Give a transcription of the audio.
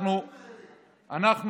מה עם העסקים האלה?